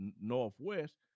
Northwest